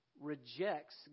rejects